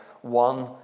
one